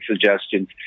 suggestions